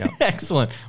excellent